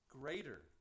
greater